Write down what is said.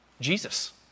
Jesus